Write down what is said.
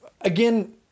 Again